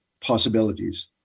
possibilities